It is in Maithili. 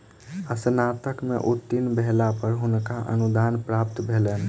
स्नातक में उत्तीर्ण भेला पर हुनका अनुदान प्राप्त भेलैन